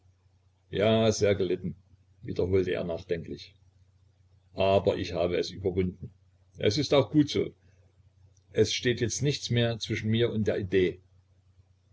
ja sehr gelitten wiederholte er nachdenklich aber ich habe es überwunden es ist auch gut so es steht jetzt nichts mehr zwischen mir und der idee